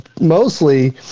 mostly